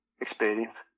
experience